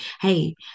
hey